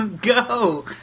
Go